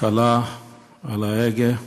קלה על ההגה,